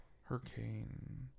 Hurricane